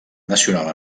nacional